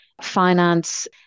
finance